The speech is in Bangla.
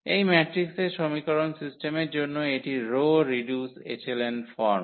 এই ম্যাট্রিক্সের সমীকরণ সিস্টেমের জন্য এটি রো রিডিউসড এচেলন ফর্ম